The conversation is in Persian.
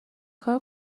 کار